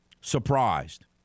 surprised